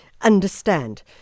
understand